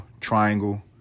triangle